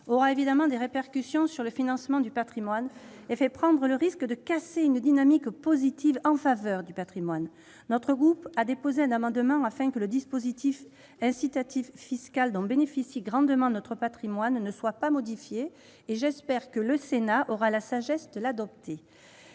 aura évidemment des répercussions sur le financement du patrimoine ; il risque de casser une dynamique positive en sa faveur. Mon groupe a déposé un amendement, afin que le dispositif incitatif fiscal dont bénéficie grandement notre patrimoine ne soit pas modifié. J'espère que le Sénat aura la sagesse de l'adopter.